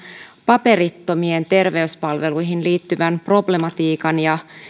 paperittomien terveyspalveluihin liittyvän problematiikan